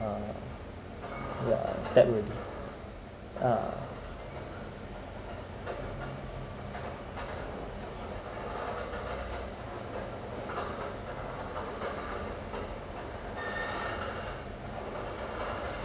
uh yeah that would be uh